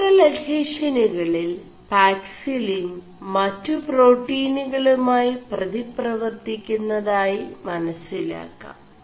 േഫാ ൽ അഡ്െഹഷനുകളിൽ പാക്സിലിൻ മg േ4പാƒീനുകളgമായി 4പതി4പവർøി ുMതായി മനøിലാ ാം